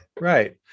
Right